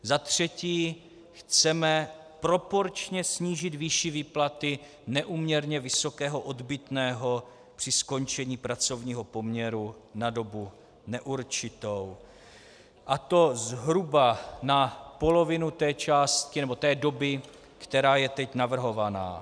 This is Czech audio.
Za třetí chceme proporčně snížit výši výplaty neúměrně vysokého odbytného při skončení pracovního poměru na dobu neurčitou, a to zhruba na polovinu doby, která je teď navrhována.